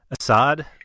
Assad